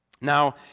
Now